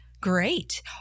Great